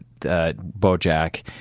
Bojack